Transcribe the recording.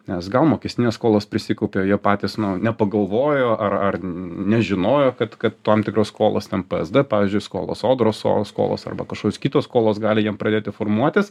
nes gal mokestinės skolos prisikaupė jie patys nu nepagalvojo ar ar nežinojo kad kad tam tikros skolos ten psd pavyzdžiui skolos sodros skolos arba kažkokios kitos skolos gali jam pradėti formuotis